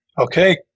okay